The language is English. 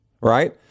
right